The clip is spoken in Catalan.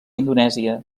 indonèsia